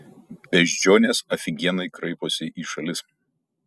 beždžionės afigienai kraiposi į šalis